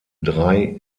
drei